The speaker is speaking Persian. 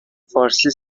فارسی